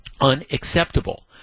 unacceptable